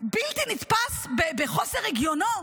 בלתי נתפס בחוסר הגיונו,